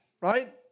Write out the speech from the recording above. right